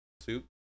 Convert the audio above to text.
soup